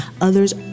Others